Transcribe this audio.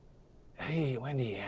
hey, wendy, yeah